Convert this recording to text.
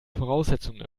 voraussetzungen